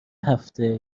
هفته